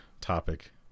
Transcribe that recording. topic